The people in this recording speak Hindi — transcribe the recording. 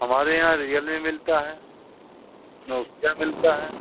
हमारे यहाँ रियलमी मिलता है नोकिया मिलता है